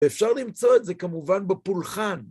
אפשר למצוא את זה כמובן בפולחן.